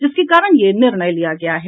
जिसके कारण यह निर्णय लिया गया है